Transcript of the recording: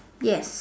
ya